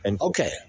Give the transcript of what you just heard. Okay